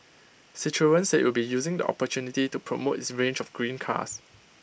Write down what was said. citroen said IT will be using the opportunity to promote its range of green cars